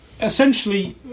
Essentially